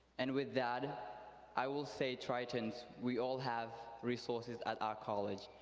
and with that i will say tritons we all have resources at our college,